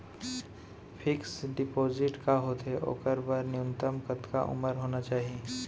Fix deposit का होथे ओखर बर न्यूनतम कतका उमर होना चाहि?